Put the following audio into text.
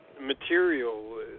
material